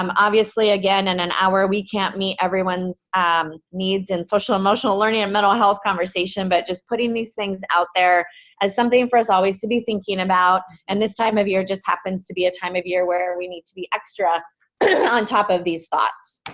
um obviously again, in and an hour, we can't meet everyone's um needs in social-emotional learning and mental health conversation, but just putting these things out there as something for us always to be thinking about. and this time of year just happens to be a time of year where we need to be extra on top of these thoughts.